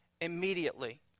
immediately